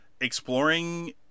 exploring